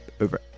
over